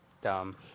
Dumb